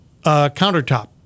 countertop